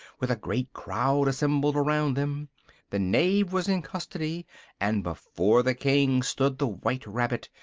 with a great crowd assembled around them the knave was in custody and before the king stood the white rabbit,